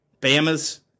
Bama's